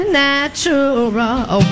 natural